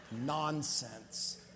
Nonsense